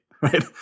right